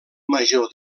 major